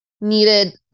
needed